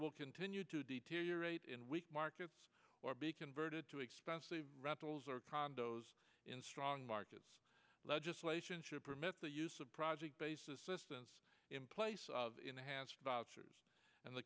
will continue to deteriorate in weak markets or be converted to expensive rentals or crowd owes in strong markets legislation to permit the use of project basis systems in place of enhanced boucher's and the